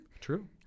True